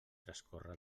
transcórrer